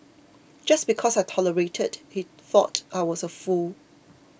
just because I tolerated he thought I was a fool